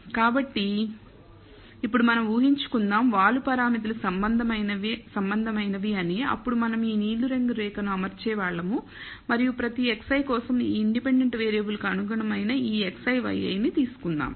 కాబట్టి ఇప్పుడు మనం ఊహించుకుందాం వాలు పారామితులు సంబంధమైనవి అని అప్పుడు మనం ఈ నీలిరంగు రేఖ ను అమర్చే వాళ్ళము మరియు ప్రతి xi కోసం ఈ ఇండిపెండెంట్ వేరియబుల్ కి అనుగుణమైన ఈ xi yi ని తీసుకుందాం